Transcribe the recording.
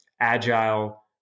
agile